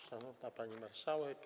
Szanowna Pani Marszałek!